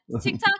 TikTok